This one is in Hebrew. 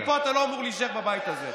כי אתה לא אמור להישאר בבית הזה.